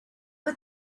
but